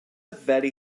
very